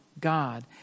God